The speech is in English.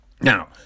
Now